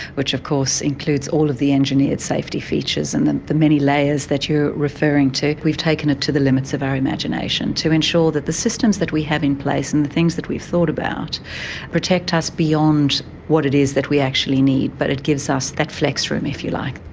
which of course includes all of the engineered safety features and the the many layers that you are referring to. we've taken it to the limits of our imagination to ensure that the systems that we have in place and the things that we've thought about protect us beyond what it is that we actually need. but it gives us that flex room, if you like.